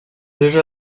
déjà